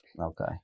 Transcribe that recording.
Okay